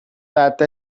data